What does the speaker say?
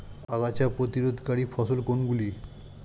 আগাছা প্রতিরোধকারী ফসল কোনগুলি?